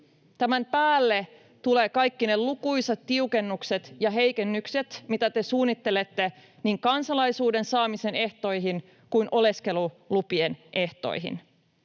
Tämän päälle tulevat kaikki ne lukuisat tiukennukset ja heikennykset, joita te suunnittelette niin kansalaisuuden saamisen ehtoihin kuin oleskelulupien ehtoihin.